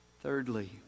thirdly